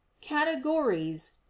CATEGORIES